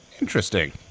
Interesting